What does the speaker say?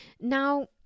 now